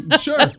Sure